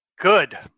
good